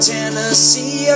Tennessee